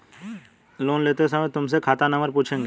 loan लेते समय तुमसे खाता नंबर पूछेंगे